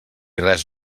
res